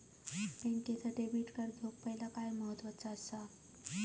बँकेचा debit card घेउक पाहिले काय महत्वाचा असा?